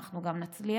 אנחנו גם נצליח.